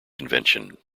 convention